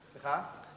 סליחה?